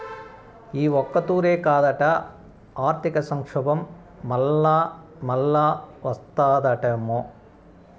ఈ ఒక్కతూరే కాదట, ఆర్థిక సంక్షోబం మల్లామల్లా ఓస్తాదటమ్మో